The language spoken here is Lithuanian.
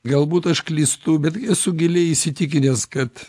galbūt aš klystu bet esu giliai įsitikinęs kad